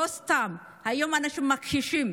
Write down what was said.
לא סתם היום אנשים מכחישים.